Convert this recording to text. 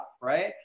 right